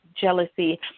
jealousy